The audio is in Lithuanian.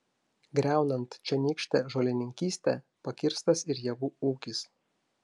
griaunant čionykštę žolininkystę pakirstas ir javų ūkis